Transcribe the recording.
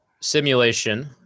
simulation